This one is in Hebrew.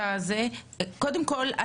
קודם כל,